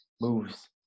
moves